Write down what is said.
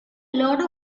lot